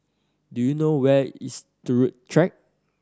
do you know where is Turut Track